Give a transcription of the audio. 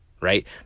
right